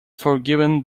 forgiven